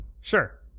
Sure